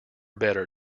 better